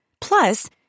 Plus